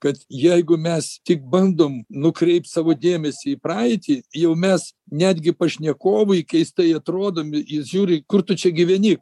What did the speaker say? kad jeigu mes tik bandom nukreipt savo dėmesį į praeitį jau mes netgi pašnekovui keistai atrodome jis žiūri kur tu čia gyveni